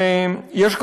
ויש,